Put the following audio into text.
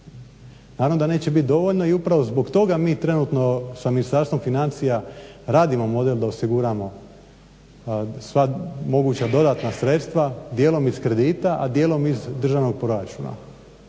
Naravno da neće biti dovoljno i upravo zbog toga mi trenutno sa Ministarstvom financija radimo model da osiguramo sva moguća dodatna sredstva djelom iz kredita a djelom iz državnog proračuna